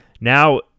now